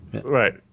right